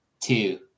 two